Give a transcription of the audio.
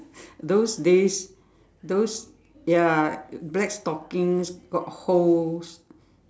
those days those ya black stockings got holes